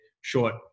short